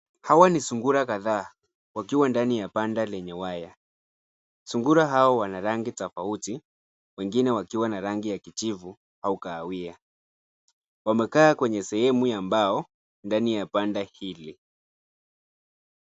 Hawa ni sungura kadhaa wakiwa ndani ya banda lenye waya sungura hao wanarangi tofauti wengine wakiwa na rangi ya kijivu au kahawia wamekaa kwenye sehemu ya mbao ndani ya banda hili.